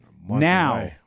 Now